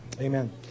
Amen